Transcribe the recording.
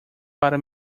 para